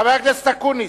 חבר הכנסת אקוניס,